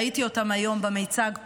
ראיתי אותם היום במיצג פה,